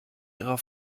ihrer